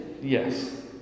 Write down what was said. Yes